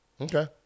okay